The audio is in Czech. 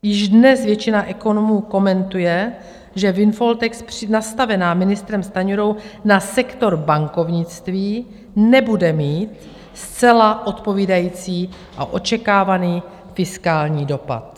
Již dnes většina ekonomů komentuje, že windfall tax nastavená ministrem Stanjurou na sektor bankovnictví nebude mít zcela odpovídající a očekávaný fiskální dopad.